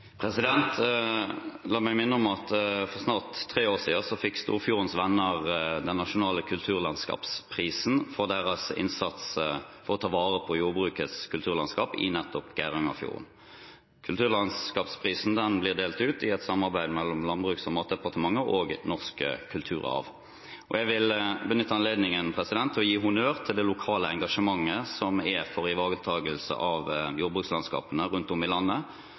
La meg minne om at for snart tre år siden fikk Storfjordens Venner Den nasjonale kulturlandskapsprisen for sin innsats for å ta vare på jordbrukets kulturlandskap i nettopp Geirangerfjorden. Kulturlandskapsprisen blir delt ut i et samarbeid mellom Landbruks- og matdepartementet og Norsk Kulturarv. Jeg vil benytte anledningen til å gi honnør til det lokale engasjementet som er for ivaretakelse av jordbrukslandskapene rundt om i landet.